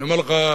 אני אומר לך,